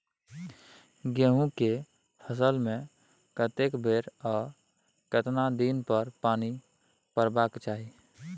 गेहूं के फसल मे कतेक बेर आ केतना दिन पर पानी परबाक चाही?